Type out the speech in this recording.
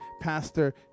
Pastor